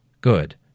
Good